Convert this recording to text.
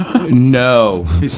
No